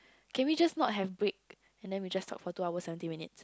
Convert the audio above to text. can we just not have break and then we just talk for two hours seventeen minutes